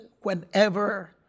whenever